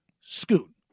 Scoot